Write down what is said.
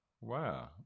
wow